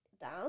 down